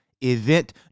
event